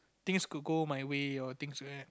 things could go my way or things